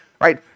right